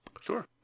Sure